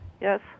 Yes